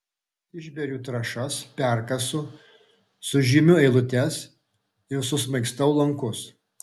išberiu trąšas perkasu sužymiu eilutes ir susmaigstau lankus